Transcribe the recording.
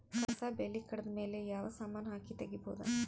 ಕಸಾ ಬೇಲಿ ಕಡಿತ ಮೇಲೆ ಯಾವ ಸಮಾನ ಹಾಕಿ ತಗಿಬೊದ?